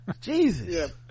Jesus